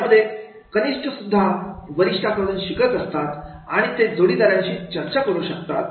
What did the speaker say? यामध्ये कनिष्ठ सुद्धा वरिष्ठांकडून शिकत असतात आणि ते जोडीदाराशी चर्चा करू शकतात